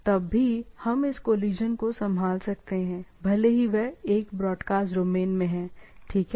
तब भी हम इस कोलिशन को संभाल सकते हैंभले ही वह एक ब्रॉडकास्ट डोमेन में हैं ठीक है